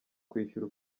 kwishyura